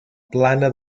plana